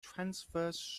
transverse